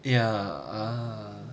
ya